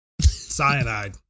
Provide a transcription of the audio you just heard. Cyanide